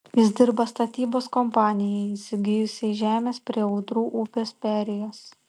jis dirba statybos kompanijai įsigijusiai žemės prie ūdrų upės perėjos